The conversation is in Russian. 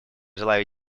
желаю